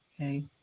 Okay